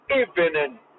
evening